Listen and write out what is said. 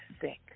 sick